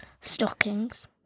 Stockings